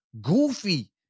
goofy